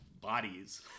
bodies